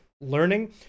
learning